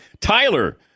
Tyler